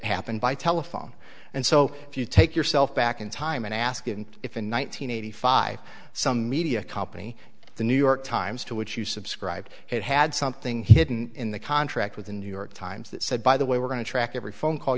happened by telephone and so if you take yourself back in time and ask if in one thousand nine hundred five some media company the new york times to which you subscribed it had something hidden in the contract with the new york times that said by the way we're going to track every phone call